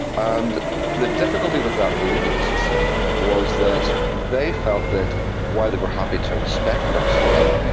and the difficulty with that for unionists was that they felt that while they were happy to respect nationalism,